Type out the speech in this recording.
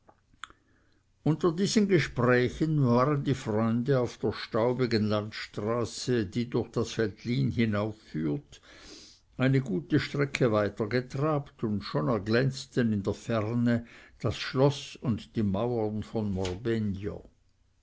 unter diesen gesprächen waren die freunde auf der staubigen landstraße die durch das veltlin hinaufführt eine gute strecke weitergetrabt und schon erglänzten in der ferne das schloß und die mauern von